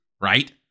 right